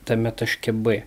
tame taške b